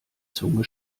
zunge